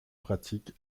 pratique